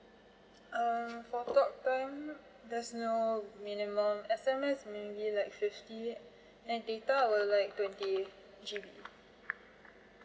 err for talk time there's no minimum S_M_S maybe like fifty and data I would like twenty G_B